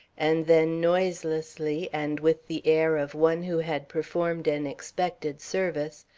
and then noiselessly, and with the air of one who had performed an expected service,